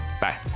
Bye